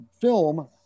film